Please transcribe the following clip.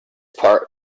part